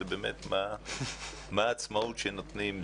זה באמת מה העצמאות שנותנים.